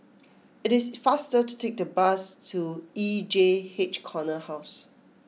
it is faster to take the bus to E J H Corner House